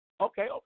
Okay